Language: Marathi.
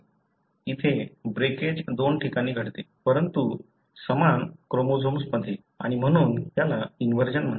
इथे ब्रेकेज दोन ठिकाणी घडते परंतु समान क्रोमोझोम्समध्ये आणि म्हणून त्याला इन्व्हर्जन म्हणतात